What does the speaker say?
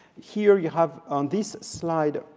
here you have, on this slide,